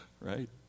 Right